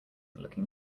looking